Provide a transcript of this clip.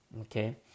okay